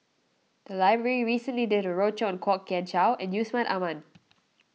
the library recently did a roadshow on Kwok Kian Chow and Yusman Aman